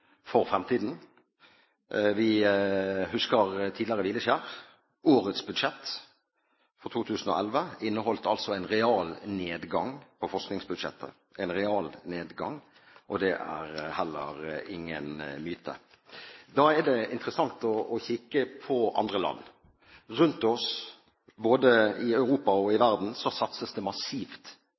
på fremtiden? Vi husker tidligere hvileskjær. Årets budsjett for 2011 inneholdt altså en realnedgang i forskningsbudsjettet – en realnedgang – og det er heller ingen myte. Da er det interessant å kikke på andre land. Rundt oss både i Europa og i verden satses det massivt